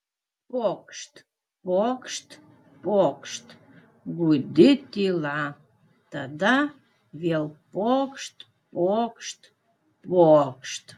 pokšt pokšt pokšt gūdi tyla tada vėl pokšt pokšt pokšt